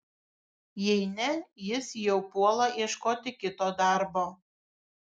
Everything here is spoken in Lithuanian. jei ne jis jau puola ieškoti kito darbo